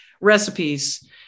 recipes